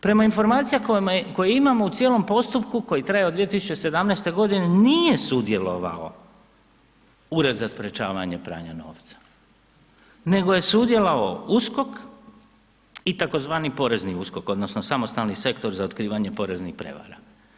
Prema informacijama koje imamo u cijelom postupku koji traje od 2017. godine, nije sudjelovao Ured za sprječavanje pranja novca, nego je sudjelovao USKOK i takozvani porezni USKOK odnosno Samostalni sektor za otkrivanje poreznih prijevara.